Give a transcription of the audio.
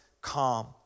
calm